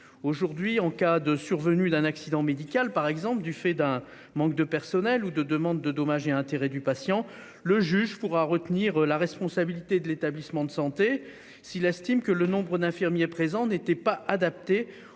Aujourd'hui, en cas de survenue d'un accident médical, par exemple du fait d'un manque de personnel, avec une demande de dommages et intérêts du patient, le juge pourra retenir la responsabilité de l'établissement de santé s'il estime que le nombre d'infirmiers présents n'était pas adapté